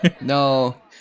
No